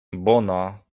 bona